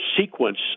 sequence